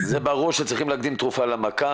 ברור שצריכים להקדים תרופה למכה,